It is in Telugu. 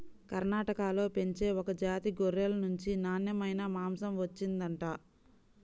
కర్ణాటకలో పెంచే ఒక జాతి గొర్రెల నుంచి నాన్నెమైన మాంసం వచ్చిండంట